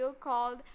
called